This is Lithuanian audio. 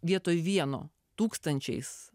vietoj vieno tūkstančiais